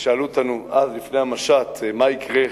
ושאלו אותנו אז, לפני המשט, מה יקרה,